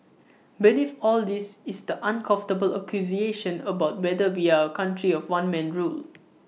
beneath all this is the uncomfortable accusation about whether we are A country of one man rule